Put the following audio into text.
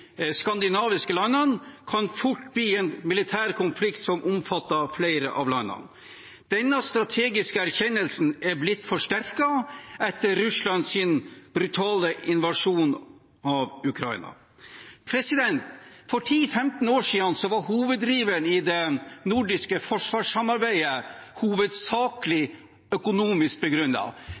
skandinaviske landene, kan fort bli en militær konflikt som omfatter flere av landene. Denne strategiske erkjennelsen er blitt forsterket etter Russlands brutale invasjon av Ukraina. For 10–15 år siden var hoveddriveren i det nordiske forsvarssamarbeidet hovedsakelig økonomisk